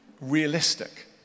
realistic